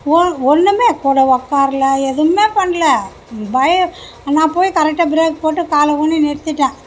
ஒன்றுமே கூட உக்கார்ல எதுவுமே பண்ணல பயம் நான் போய் கரெக்டாக பிரேக் போட்டு காலை ஊனி நிறுத்திவிட்டேன்